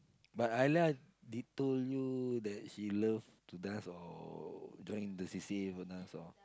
but Alia they told you that she love to dance or join the C_C_A for dance or